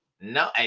No